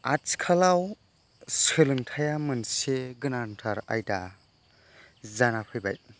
आथिखालाव सोलोंथाया मोनसे गोनांथार आयदा जाना फैबाय